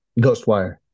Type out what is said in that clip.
Ghostwire